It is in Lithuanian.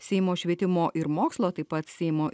seimo švietimo ir mokslo taip pat seimo